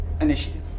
Initiative